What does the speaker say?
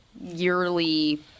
yearly